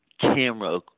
camera